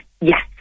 Yes